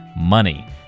money